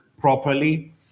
properly